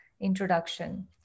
introduction